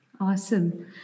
Awesome